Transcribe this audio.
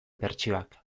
bertsioak